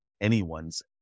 anyone's